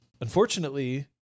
Unfortunately